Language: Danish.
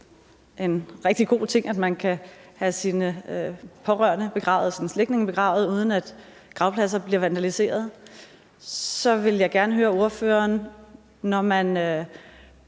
en rigtig god ting, at man kan have sine slægtninge begravet, uden at gravpladser bliver vandaliseret – så vil jeg gerne høre ordføreren: Når man